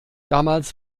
damals